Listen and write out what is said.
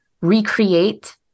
recreate